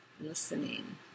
Listening